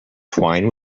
twine